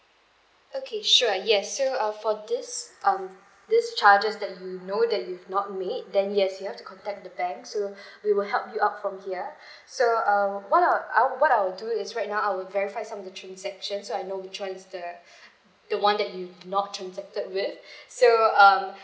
okay sure yes so uh for this um this charges that you know that you've not made then yes you have to contact the bank so we will help you out from here so um what I'll I'll what I'll do is right now I will verify some of the transactions so I know which one is the the one that you not transacted with so um